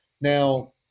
Now